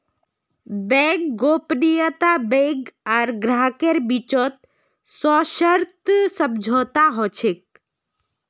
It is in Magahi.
बैंक गोपनीयता बैंक आर ग्राहकेर बीचत सशर्त समझौता ह छेक